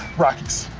rockies,